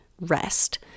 rest